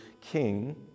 king